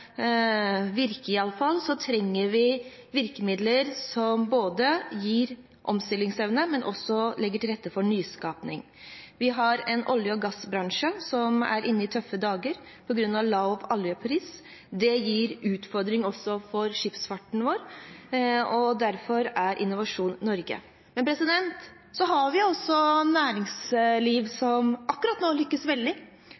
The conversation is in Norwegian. virke, trenger vi virkemidler som både gir omstillingsevne og legger til rette for nyskaping. Vi har en olje- og gassbransje som er inne i tøffe dager på grunn av lav oljepris, og det gir utfordringer også for skipsfarten vår. Derfor er Innovasjon Norge viktig. Vi har også næringsliv